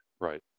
Right